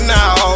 now